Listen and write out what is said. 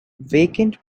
vacant